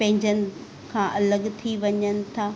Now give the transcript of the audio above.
पंहिंजनि खां अलॻि थी वञनि था